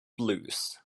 blues